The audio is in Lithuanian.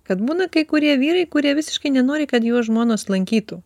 kad būna kai kurie vyrai kurie visiškai nenori kad jų žmonos lankytų